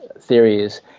theories